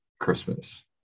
Christmas